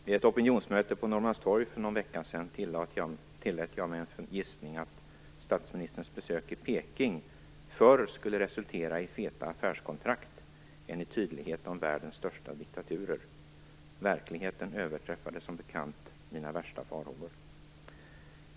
Vid ett opinionsmöte på Norrmalmstorg för någon vecka sedan tillät jag mig en gissning att statsministerns besök i Peking förr skulle resultera i feta affärskontrakt än i tydlighet om världens största diktatur. Verkligheten överträffade som bekant mina värsta farhågor.